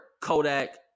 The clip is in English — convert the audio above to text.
Kodak